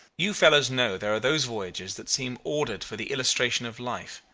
you fellows know there are those voyages that seem ordered for the illustration of life,